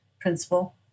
principle